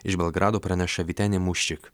iš belgrado praneša vytenė mūščik